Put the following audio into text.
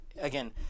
again